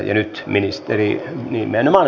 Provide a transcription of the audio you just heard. ja nyt pääministeri